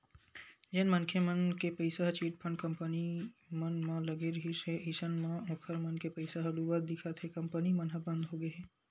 जेन मनखे मन के पइसा ह चिटफंड कंपनी मन म लगे रिहिस हे अइसन म ओखर मन के पइसा ह डुबत दिखत हे कंपनी मन ह बंद होगे हे